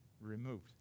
Removed